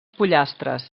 pollastres